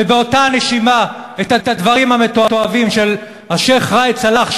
ובאותה הנשימה את הדברים המתועבים של השיח' ראאד סלאח,